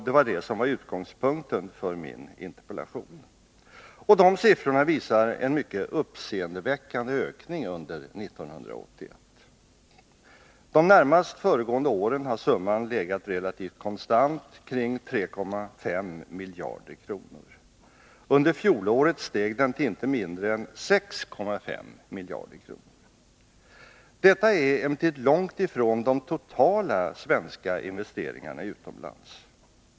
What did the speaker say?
Det var det som var utgångspunkten för min interpellation. De siffrorna visar en mycket uppseendeväckande ökning under 1981. De närmast föregående åren har summan legat relativt konstant kring 3,5 miljarder kronor. Under fjolåret steg den till inte mindre än 6,5 miljarder kronor. Detta är emellertid långt ifrån de totala svenska investeringarna utomlands.